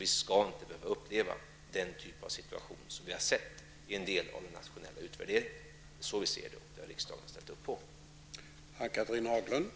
Vi skall inte behöva uppleva den typen av situation som redovisas i en del av den nationella utvärderingen. Det är så vi ser det, och det har riksdagen ställt upp på.